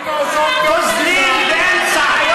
אולי תעזוב את המדינה,